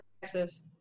texas